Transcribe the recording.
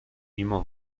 mimo